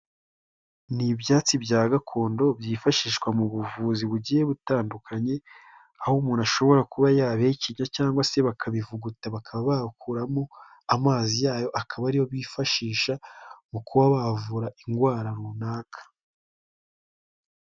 Ni ibyatsi bya gakondo byifashishwa mu buvuzi bugiye butandukanye, aho umuntu ashobora kuba yabihekenya cyangwa se bakabivuguta bakaba bakuramo amazi yayo akaba ariyo bifashisha mu kuba bavura indwara runaka.